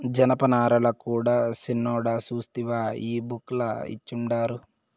జనపనారల కూడా సిన్నోడా సూస్తివా ఈ బుక్ ల ఇచ్చిండారు